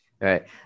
right